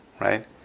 right